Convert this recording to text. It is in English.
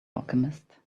alchemist